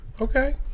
Okay